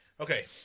Okay